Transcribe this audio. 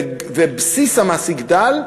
ובסיס המס יגדל,